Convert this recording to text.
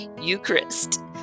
Eucharist